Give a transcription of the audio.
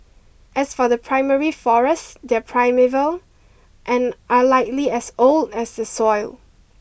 as for the primary forest they're primeval and are likely as old as the soil